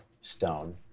stone